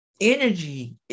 energy